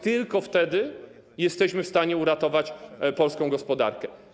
Tylko wtedy jesteśmy w stanie uratować polską gospodarkę.